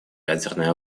ядерной